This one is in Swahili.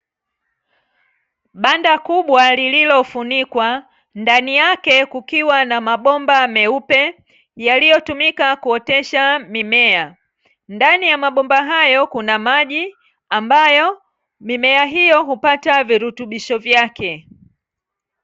Banda kubwa lililofungwa, ndani yake kukiwa na mabomba meupe, yaliyotumika kuotesha mimea. Ndani ya mabomba hayo kuna maji, ambayo mimea hiyo hupata virutubisho vyake.